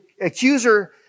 accuser